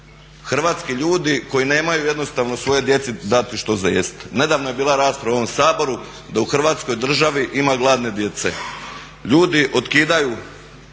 hrvatski ljudi koji nemaju jednostavno svojoj djeci dati što za jest. Nedavno je bila rasprava u ovom Saboru da u Hrvatskoj državi ima gladne djece. Ljudi otkidaju